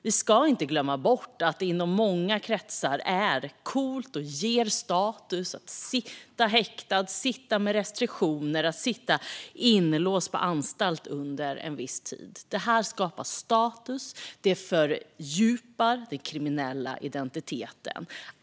Vi ska inte glömma bort att det inom många kretsar är coolt och ger status att sitta häktad, sitta med restriktioner och sitta inlåst på anstalt under en viss tid. Det skapar status och fördjupar den kriminella identiteten.